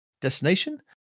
Destination